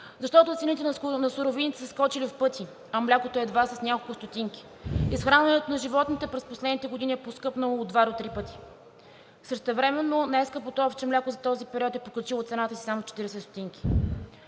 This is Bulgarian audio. Защото цените на суровините са скочили в пъти, а млякото едва с няколко стотинки. Изхранването на животните през последните години е поскъпнало от два до три пъти. Същевременно най-скъпото – овче мляко, за този период е покачило цената си само с 40 стотинки.